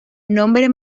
nombre